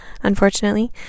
unfortunately